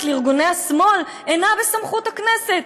לארגוני השמאל אינה בסמכות הכנסת,